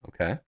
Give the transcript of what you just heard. Okay